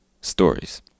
stories